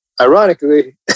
ironically